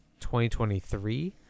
2023